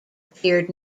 appeared